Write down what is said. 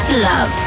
love